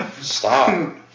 stop